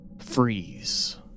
Freeze